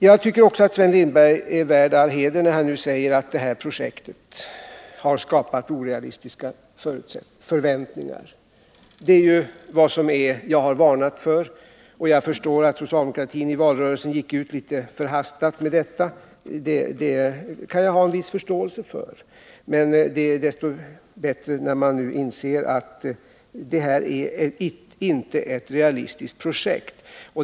Jag tycker att Sven Lindberg är värd all heder när han säger att det här projektet har skapat orealistiska förväntningar. Det är ju vad jag har varnat för. Att socialdemokratin i valrörelsen gick ut litet förhastat i detta sammanhang kan jag ha en viss fö man nu inser att detta inte är ett realistiskt projekt.